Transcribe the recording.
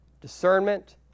discernment